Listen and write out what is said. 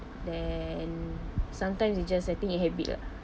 then sometimes it's just I think is habit lah